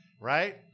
right